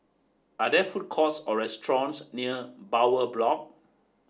are there food courts or restaurants near Bowyer Block